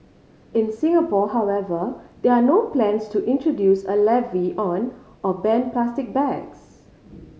in Singapore however there are no plans to introduce a levy on or ban plastic bags